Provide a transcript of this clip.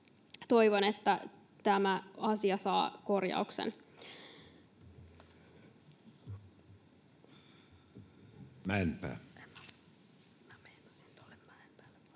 toivon, että tämä asia saa korjauksen. [Speech